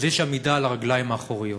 יש עמידה על הרגליים האחוריות.